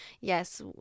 yes